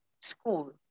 school